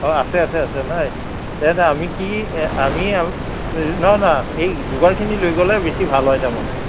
অঁ আছে আছে আছে নাই তেন্তে আমি কি আমি নহয় নহয় এই যোগাৰখিনি লৈ গ'লে বেছি ভাল হয় তাৰ মানে